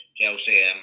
Chelsea